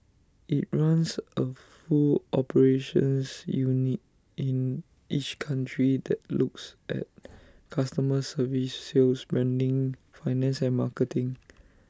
IT runs A full operations unit in each country that looks at customer service sales branding finance and marketing